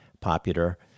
popular